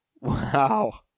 Wow